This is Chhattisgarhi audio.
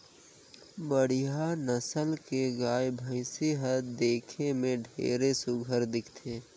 बड़िहा नसल के गाय, भइसी हर देखे में ढेरे सुग्घर दिखथे